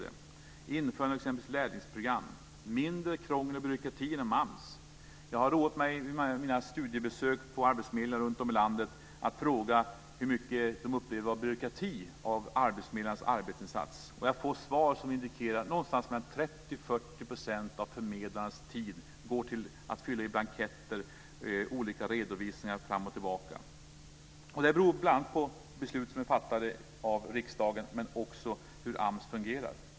Det handlar t.ex. om att införa lärlingsprogram och mindre krångel och byråkrati inom AMS. Vid mina studiebesök på arbetsförmedlingarna runtom i landet har jag roat mig med att fråga hur stor del av arbetsförmedlarnas arbetsinsats som de upplever är byråkrati. Jag har fått svar som indikerar att30-40 % av förmedlarnas tid går till att fylla i blanketter och till olika redovisningar fram och tillbaka. Det beror bl.a. på beslut som är fattade av riksdagen, men också på hur AMS fungerar.